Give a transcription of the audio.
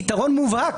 יתרון מובהק",